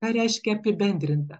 ką reiškia apibendrinta